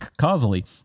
causally